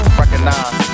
recognize